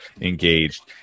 engaged